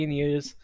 years